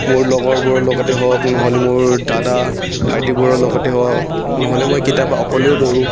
মোৰ লগৰবোৰৰ লগতে হওক নহ'লে মোৰ দাদা ভাইটিবোৰৰ লগতে হওক নহ'লে মই কেতিয়াবা অকলেও দৌৰোঁ